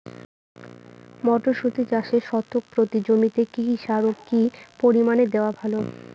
মটরশুটি চাষে শতক প্রতি জমিতে কী কী সার ও কী পরিমাণে দেওয়া ভালো?